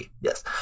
yes